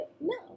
no